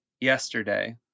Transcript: yesterday